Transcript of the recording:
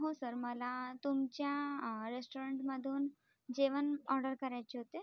हो सर मला तुमच्या रेस्टॉरंटमधून जेवण ऑर्डर करायचे होते